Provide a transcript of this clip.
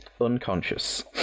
unconscious